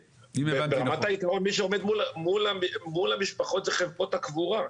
ברמת העיקרון מי שעומד מול המשפחות אלו חברות הקבורה.